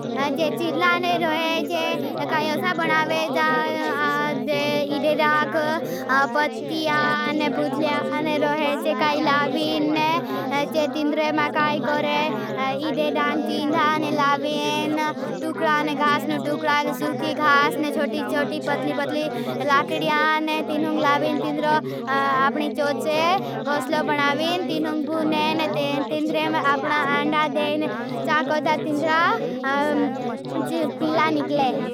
जे चिर्लाने रोहे जे कायोसा बनावे। जा इदे डांग पत्तिया ने पुथलिया ने रोहे जे काई लाविन। जे तिंद्र में काई कोरे। इदे डांग चिंधाने लाविन तुकड़ा ने घासने तुकड़ा ने सुकी घासने छोटी छोटी पतली पतली लाकडियाने तिंद्र लाविन तिंद्र। अपनी चोचे गोसलो बनाविन तिंद्र भूने ने तिंद्रे में अपना अंडा देने चाकोड़ा तिंद्रा पिला निकले।